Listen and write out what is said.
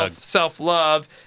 self-love